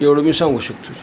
एवढ मी सांगू शकतो